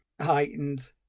heightened